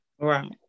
Right